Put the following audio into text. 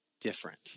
different